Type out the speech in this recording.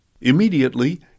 Immediately